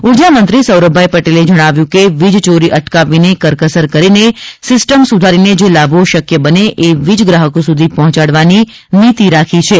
ઊર્જામંત્રી સૌરભભાઈએ જણાવ્યું કે વીજ ચોરી અટકાવીને કરકસર કરીને સિસ્ટમ સુધારીને જે લાભો શક્ય બને એ વીજ ગ્રાહકો સુધી પહોંચાડવાની નીતિ રાખી છે